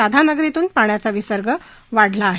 राधानगरीतून पाण्याचा विसर्ग वाढला आहे